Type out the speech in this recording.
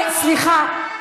סליחה,